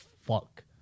fuck